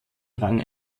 rang